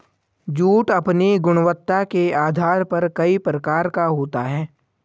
jute अपनी गुणवत्ता के आधार पर कई प्रकार का होता है